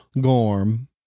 Gorm